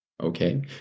Okay